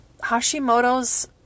Hashimoto's